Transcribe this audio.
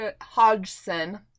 hodgson